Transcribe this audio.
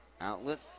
outlet